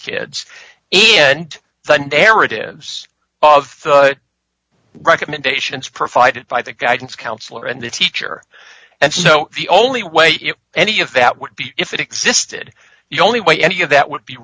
kids if the narrative of recommendations provided by the guidance counselor and the teacher and so the only way if any of that would be if it existed you only way any of that would be